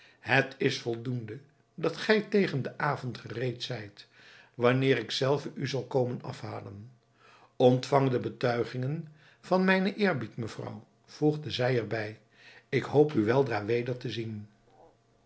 het is voldoende dat gij tegen den avond gereed zijt wanneer ik zelve u zal komen afhalen ontvang de betuigingen van mijnen eerbied mevrouw voegde zij er bij ik hoop u weldra weder te zien